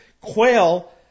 Quail